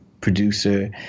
producer